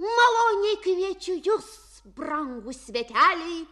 maloniai kviečiu jus brangūs sveteliai